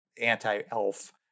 anti-elf